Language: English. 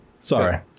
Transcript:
Sorry